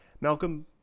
Malcolm